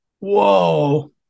Whoa